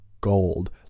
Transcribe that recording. gold